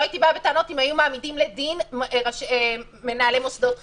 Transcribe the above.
לא הייתי באה בטענות אם היו מעמידים לדין מנהלי מוסדות חינוך.